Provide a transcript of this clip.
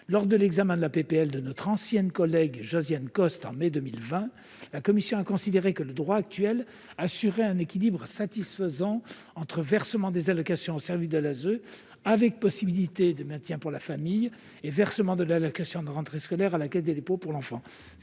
sur le territoire français, de notre ancienne collègue Josiane Costes, la commission a considéré que le droit actuel assurait un équilibre satisfaisant entre versement des allocations au service de l'ASE, avec possibilité de maintien à la famille, et versement de l'allocation de rentrée scolaire à la Caisse des dépôts et